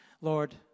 Lord